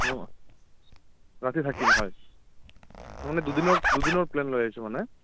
ৰাতি থাকিম হয় মই মানে দুদিনৰ দুদিনৰ প্লেন লৈ আহিছোঁ মানে